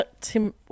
Tim